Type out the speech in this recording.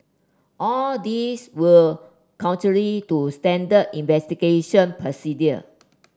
all these were contrary to standard investigation procedure